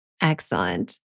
Excellent